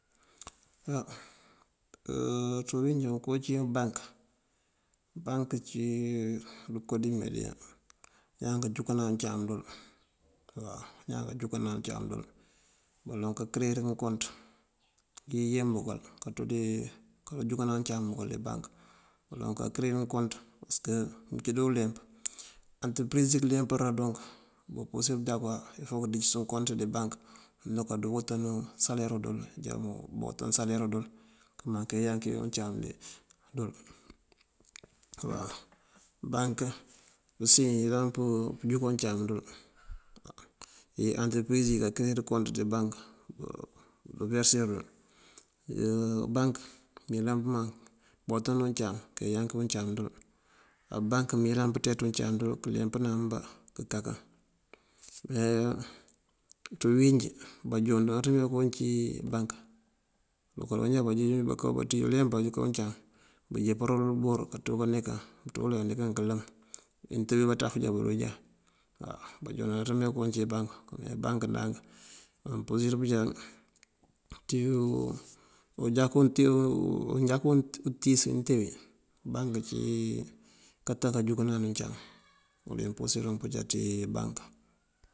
Á ţí wínjí koowín cí bank. Bank ací dikoo dí mee dí ñaan kanjúkanan uncáam dul waw, <> ñaan kanjúkanan uncáam dël. Baloŋ kankëreyin ngënkont iyeen bëkël kanţún dí kanjúkënan uncáam bëkël dí bank. Baloŋ kankëreyin unkont pasëk mëncí dí unleemp antërëpëriz dí këleempënan dunk bupurësir bënjáku fok këdicës unkont dí bank undo onko wëtenu saleeru dël. Unjá bawëtëniw saleeru dël këmaŋ keeyanki uncáam dël waw. Bank usí iyëlan pënjúkan uncáam dël, iyí antërëpëriz iyí kankëreyir unkont ţí bank bunk berësir dël. Bank mëyëlan pëmaŋ bawëtaniw keyanki uncáam dël. Á bank mëyëlan pënţeeţ uncáam dël këleempëna ambá kënkakan. Me ţí bíwínjí banjon jooţ mee kooncí bank, banjon ajonjá bunţíj unleemp bunká uncáam bunkajimpar uwul bur kaţú dí kanekan, bunţú bëlenj kalëm bí mëntee bí banţaf roon bí já waw. Banjoon jonanţ mee koowí uncí bank. Me ndank bank mampurësir pënjá ţí unjáku mëntíis uwínte wí bank ací kata kanjúkanani uncáam. Uwël wí purësirun pënjá ţí bank.